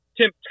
Tim